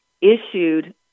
issued